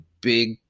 big